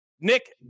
Nick